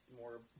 more